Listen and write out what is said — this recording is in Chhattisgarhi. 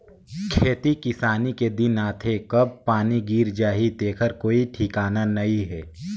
खेती किसानी के दिन आथे कब पानी गिर जाही तेखर कोई ठिकाना नइ हे